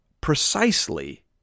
precisely